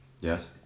Yes